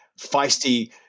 feisty